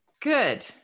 Good